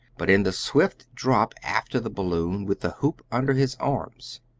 but in the swift drop after the balloon with the hoop under his arms.